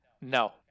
no